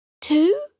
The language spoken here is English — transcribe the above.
two